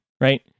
right